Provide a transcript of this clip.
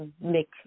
make